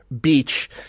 beach